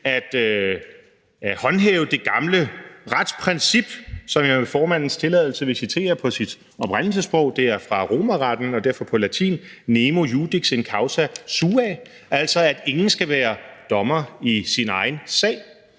at håndhæve det gamle retsprincip, som jeg med formandens tilladelse vil citere på sit oprindelsessprog. Det er fra romerretten og derfor på latin: Nemo iudex in causa sua – altså at ingen skal være dommer i sin egen sag.